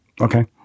Okay